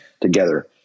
together